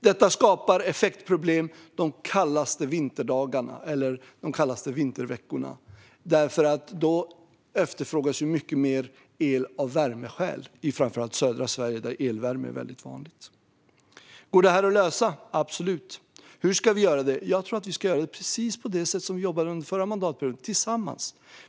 Detta skapar effektproblem de kallaste vinterdagarna eller vinterveckorna därför att det då efterfrågas mycket mer el av värmeskäl, framför allt i södra Sverige, där elvärme är vanligt. Går det att lösa detta? Absolut! Hur ska vi göra det? Jag tror att vi ska jobba precis som vi gjorde under den förra mandatperioden: tillsammans.